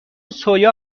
سویا